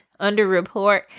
underreport